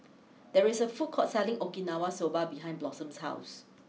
there is a food court selling Okinawa Soba behind Blossom's house